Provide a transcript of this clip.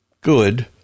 good